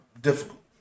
difficult